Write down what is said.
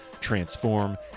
transform